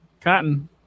Cotton